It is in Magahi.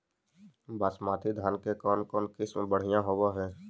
बासमती धान के कौन किसम बँढ़िया होब है?